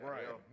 Right